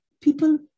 people